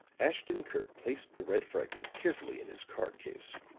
ashton-kirk placed the red fragment carefully in his card-case.